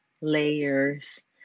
layers